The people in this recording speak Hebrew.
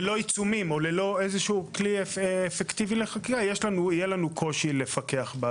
ללא עיצומים או ללא כלי אפקטיבי לחקירה יהיה לנו קושי לפקח.